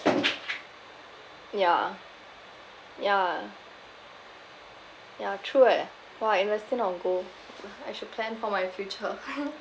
yeah yeah ya true eh !wah! investing on gold I should plan for my future